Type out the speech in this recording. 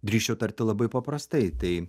drįsčiau tarti labai paprastai tai